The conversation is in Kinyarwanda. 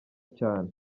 cyane